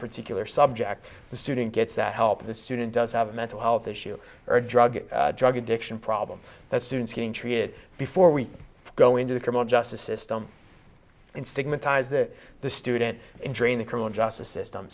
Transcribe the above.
particular subject the student gets that help the student does have a mental health issue or drug drug addiction problem that students being treated before we go into the criminal justice system stigmatize that the student injuring the criminal justice system